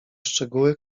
szczegóły